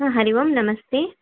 हा हरिः ओं नमस्ते